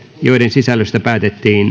sisällöstä päätettiin